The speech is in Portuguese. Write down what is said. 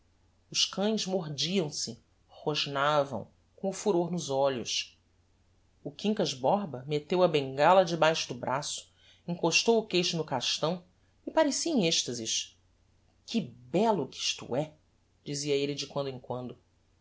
os cães mordiam se rosnavam com o furor nos olhos o quincas borba metteu a bengala debaixo do braço encostou o queixo no castão e parecia em extasis que bello que isto é dizia elle de quando em quando